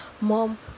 mom